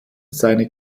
seine